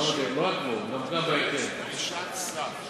יש דרישת סף,